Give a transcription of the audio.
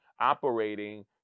operating